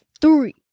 Three